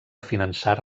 finançar